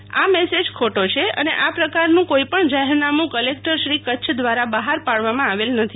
આ મેસેજ ખોટો છે અને આ પ્રકારનું કોઇપણ જાહેરનામું કલેકટરશ્રી કચ્છ દ્વારા બહાર પાડવામાં આવેલ નથી